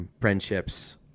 friendships